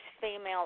female